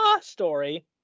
story